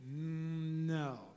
No